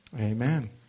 Amen